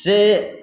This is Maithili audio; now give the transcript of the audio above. से